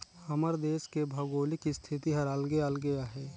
हमर देस के भउगोलिक इस्थिति हर अलगे अलगे अहे